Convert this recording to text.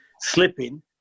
slipping